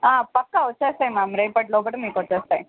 పక్కా వచ్చేస్తాయి మ్యామ్ రేపటిలోపట మీకు వచ్చేస్తాయి